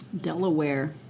Delaware